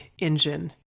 engine